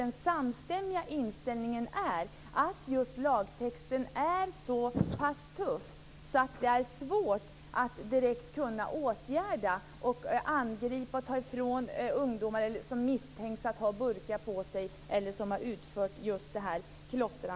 Den samstämmiga inställningen är den att lagtexten är så tuff att det är svårt att direkt ingripa mot ungdomar som misstänks för att ha sprejburkar på sig eller för att ha utfört klotter.